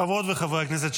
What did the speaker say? חברות וחברי הכנסת,